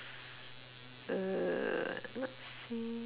uh not say